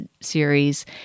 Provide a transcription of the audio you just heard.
series